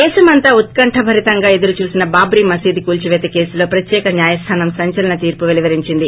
దేశమంతా ఉత్కంఠగా ఎదురుచూసిన బాబ్రీమసీదు కూల్సిపేత కేసులో ప్రత్యేక న్యాయస్లానం సంచలన తీర్పు వెలువరించింది